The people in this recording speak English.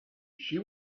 she